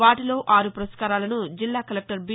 వాటిలో ఆరు పురస్కారాలను జిల్లా కలెక్టర్ బి